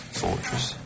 fortress